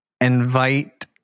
invite